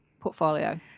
portfolio